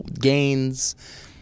gains